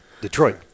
Detroit